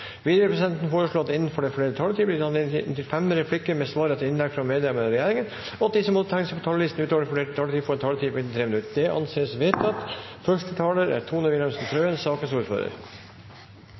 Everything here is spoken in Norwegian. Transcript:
Videre vil presidenten foreslå at det – innenfor den fordelte taletid – blir gitt anledning til inntil fem replikker med svar etter innlegg fra medlemmer av regjeringen, og at de som måtte tegne seg på talerlisten utover den fordelte taletid, får en taletid på inntil 3 minutter. – Det anses vedtatt.